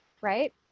right